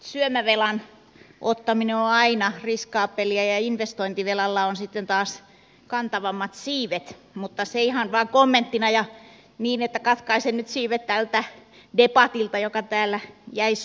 syömävelan ottaminen on aina riskaabelia ja investointivelalla on sitten taas kantavammat siivet mutta se ihan vain kommenttina ja niin että katkaisen nyt siivet tältä debatilta joka täällä jäi soimaan